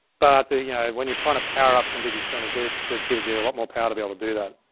but the, yeah when you're tryin' to power up some big external disks, it gives you a lot more power to be able to do that.